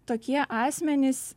tokie asmenys